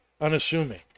unassuming